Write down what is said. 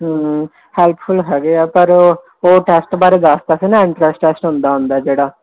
ਹੂੰ ਹੈਲਪਫੁਲ ਹੈਗੇ ਆ ਪਰ ਉਹ ਟੈਸਟ ਬਾਰੇ ਦੱਸਤਾ ਸੀ ਨਾ ਇੰਟਰੈਂਸ ਟੈਸਟ ਹੁੰਦਾ ਹੁੰਦਾ ਜਿਹੜਾ